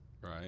right